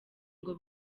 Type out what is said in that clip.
ngo